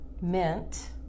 mint